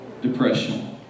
depression